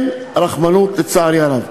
לצערי הרב,